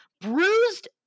bruised